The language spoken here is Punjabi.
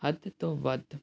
ਹੱਦ ਤੋਂ ਵੱਧ